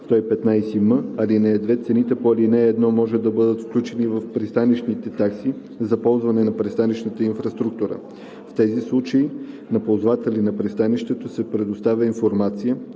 115м, ал. 2 цените по ал. 1 може да бъдат включени в пристанищните такси за ползване на пристанищната инфраструктура. В тези случаи на ползвателите на пристанището се предоставя информация